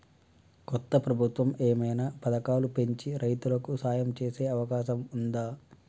కొత్త ప్రభుత్వం ఏమైనా పథకాలు పెంచి రైతులకు సాయం చేసే అవకాశం ఉందా?